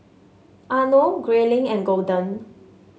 Arno Grayling and Golden